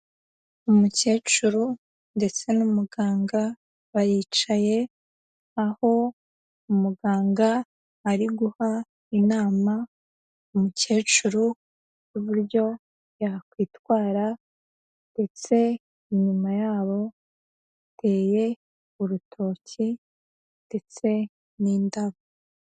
Umukecuru ndetse n'umuganga baricaye, aho umuganga ariguha inama umukecuru, uburyo yakwitwara ndetse inyuma yabo hateye urutoke ndetse n'indabo.